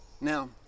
Now